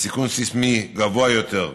בסיכון סיסמי גבוה יותר,